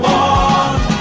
one